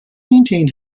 maintain